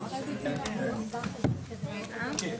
אבל בכל